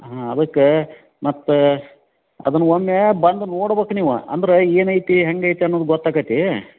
ಹಾಂ ಅದಕ್ಕೇ ಮತ್ತೆ ಅದನ್ನ ಒಮ್ಮೆ ಬಂದು ನೋಡ್ಬೇಕ್ ನೀವು ಅಂದ್ರೆ ಏನೈತಿ ಹೆಂಗೈತೆ ಅನ್ನೋದ್ ಗೊತ್ತಾಕೈತಿ